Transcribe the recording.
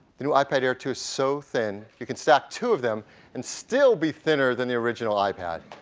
the new ipad air two is so thin you can stack two of them and still be thinner than the original ipad.